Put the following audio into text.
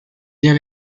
bien